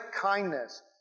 kindness